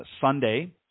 Sunday